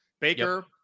Baker